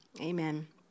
amen